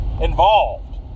involved